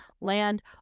land